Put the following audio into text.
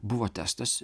buvo testas